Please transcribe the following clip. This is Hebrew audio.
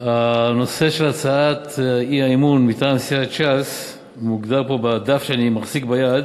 הנושא של הצעת האי-אמון מטעם סיעת ש"ס מוגדר פה בדף שאני מחזיק ביד: